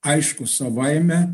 aišku savaime